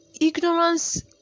ignorance